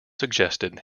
suggested